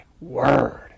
word